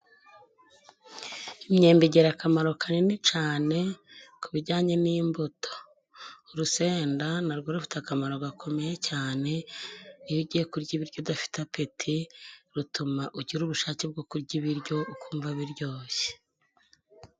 Imyembe igira akamaro kanini cyane kubi bijyanye n'imbuto. Urusenda narwo rufite akamaro gakomeye cyane, iyo ugiye kurya ibiryo udafite apeti, rutuma ugira ubushake bwo kurya ibiryo ukumva biryoshye.